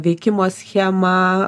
veikimo schemą